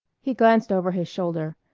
he glanced over his shoulder.